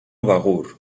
begur